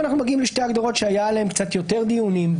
לגבי סעיף המטרה הדיון בראשיתו.